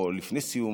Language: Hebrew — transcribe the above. או לפני סיום,